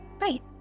Right